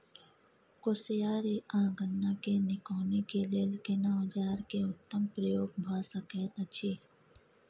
कोसयार आ गन्ना के निकौनी के लेल केना औजार के उत्तम प्रयोग भ सकेत अछि?